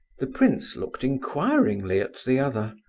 the prince looked inquiringly at the other.